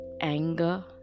anger